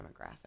demographic